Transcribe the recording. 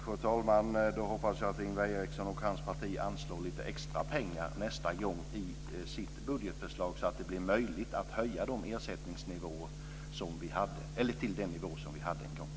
Fru talman! Jag hoppas då att Ingvar Eriksson och hans parti i sitt nästa budgetförslag anvisar lite extra pengar, så att det blir möjligt att höja ersättningarna till den nivå som de en gång hade.